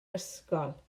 ysgol